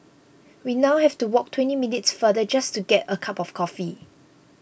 we now have to walk twenty minutes farther just to get a cup of coffee